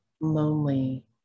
lonely